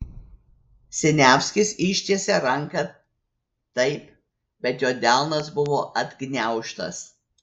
siniavskis ištiesė ranką taip bet jo delnas buvo atgniaužtas